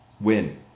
win